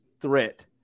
threat